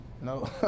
No